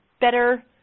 better